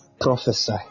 Prophesy